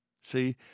See